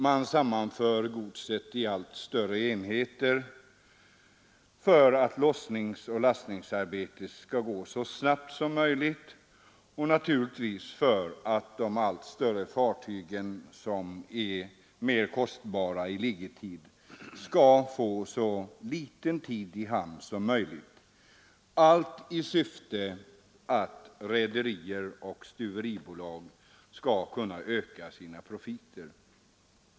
Man sammanför godset i allt större enheter för att lossningsoch lastningsarbetet skall gå så snabbt som möjligt och naturligtvis för att de allt större fartygen, vars liggetid är mer kostsam, skall få så liten tid som möjligt i hamn — allt i syfte att rederier och stuveribolag skall kunna öka sina profiter.